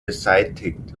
beseitigt